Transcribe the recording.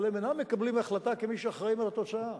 אבל הם אינם מקבלים החלטה כמי שאחראים לתוצאה,